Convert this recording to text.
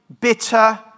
Bitter